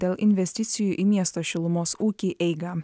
dėl investicijų į miesto šilumos ūkį eigą